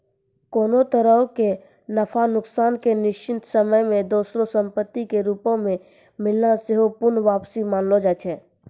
कोनो तरहो के नफा नुकसान के निश्चित समय मे दोसरो संपत्ति के रूपो मे मिलना सेहो पूर्ण वापसी मानलो जाय छै